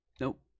Nope